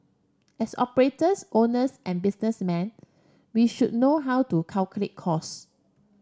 as operators owners and businessmen we should know how to calculate cause